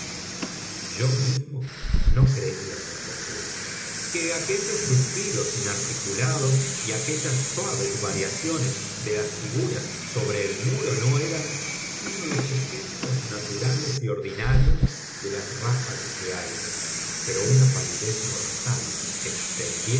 yo mismo no creía por completo que aquellos suspiros inarticulados y aquellas suaves variaciones de las figuras sobre el muro no eran sino los efectos naturales y ordinarios de las ráfagas de aire pero una palidez mortal